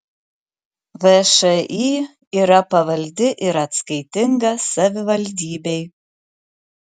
všį yra pavaldi ir atskaitinga savivaldybei